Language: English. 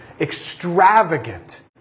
extravagant